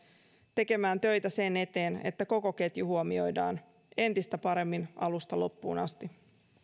tekemään töitä sen eteen että koko ketju huomioidaan entistä paremmin alusta loppuun asti